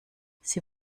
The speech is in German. sie